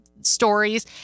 stories